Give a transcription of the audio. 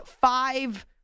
five